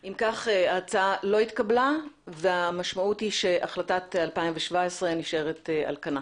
אם כך ההצעה לא התקבלה והמשמעות היא שהחלטת 2017 נשארת על כנה.